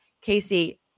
Casey